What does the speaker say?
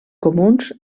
comuns